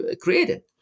created